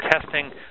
testing